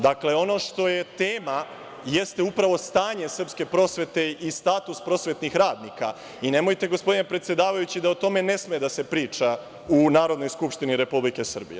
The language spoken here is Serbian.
Dakle, ono što je tema jeste upravo stanje srpske prosvete i status prosvetnih radnika i nemojte gospodine predsedavajući da o tome ne sme da se priča u Narodnoj skupštini Republike Srbije.